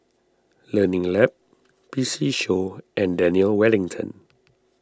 Learning Lab P C Show and Daniel Wellington